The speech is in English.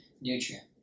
nutrient